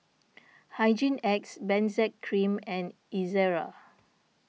Hygin X Benzac Cream and Ezerra